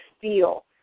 feel